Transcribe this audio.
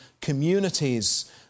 communities